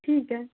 ठीक है